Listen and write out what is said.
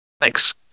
Thanks